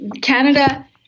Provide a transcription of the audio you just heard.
Canada